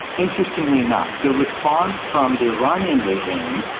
interestingly enough, the response from the iranian regime,